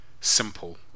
simple